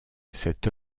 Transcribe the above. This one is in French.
cette